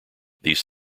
these